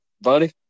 buddy